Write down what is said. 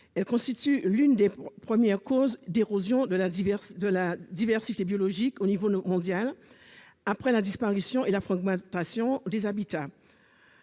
elles constituent l'une des premières causes d'érosion de la diversité biologique au niveau mondial, après la disparition et la fragmentation des habitats.